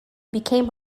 became